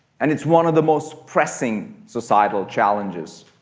and it's one of the most pressing societal challenges.